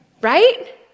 Right